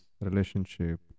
relationship